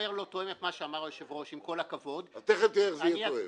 תיכף תראה איך זה יהיה תואם.